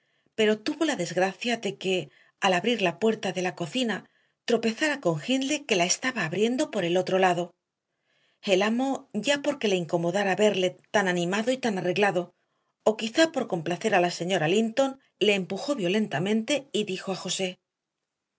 pero tuvo la desgracia de que al abrir la puerta de la cocina tropezara con hindley que la estaba abriendo por el otro lado el amo ya porque le incomodara verle tan animado y tan arreglado o quizá por complacer a la señora linton le empujó violentamente y dijo a josé